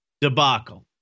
debacle